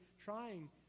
trying